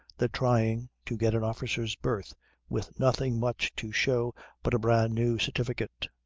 the trying to get an officer's berth with nothing much to show but a brand-new certificate.